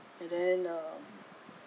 and then uh